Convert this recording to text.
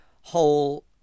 whole